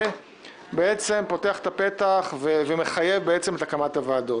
בעצם פותח את הפתח ומחייב את הקמת הוועדות.